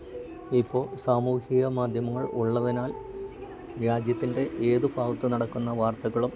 ഇപ്പോൾ സാമൂഹിക മാദ്ധ്യമങ്ങൾ ഉള്ളതിനാൽ രാജ്യത്തിൻ്റെ ഏത് ഭാഗത്ത് നടക്കുന്ന വാർത്തകളും